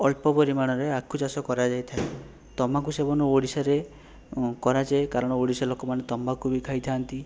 ଅଳ୍ପ ପରିମାଣରେ ଆଖୁ ଚାଷ କରାଯାଇଥାଏ ତମାଖୁ ସେବନ ଓଡ଼ିଶାରେ କରାଯାଏ କାରଣ ଓଡ଼ିଶା ଲୋକମାନେ ତମ୍ୱାଖୁ ବି ଖାଇଥାନ୍ତି